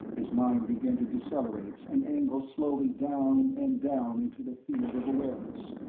his mind began to decelerate and angle slowly down and down into the field of awareness,